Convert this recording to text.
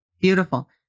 Beautiful